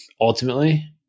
ultimately